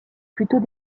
plutôt